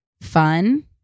fun